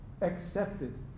accepted